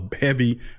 heavy